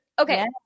Okay